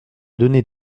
donner